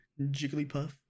Jigglypuff